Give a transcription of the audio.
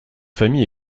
famille